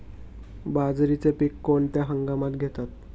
बाजरीचे पीक कोणत्या हंगामात घेतात?